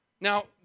Now